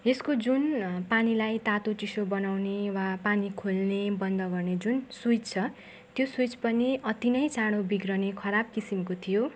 यसको जुन पानीलाई तातो चिसो बनाउने वा पानी खोल्ने बन्द गर्ने जुन स्विच छ त्यो स्विच पनि अति नै चाँडो बिग्रने खराब किसिमको थियो